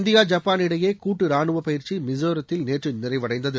India Japan இடையே கூட்டு ரானுவப் பயிற்சி மிஸோரத்தில் நேற்று நிறைவடைந்தது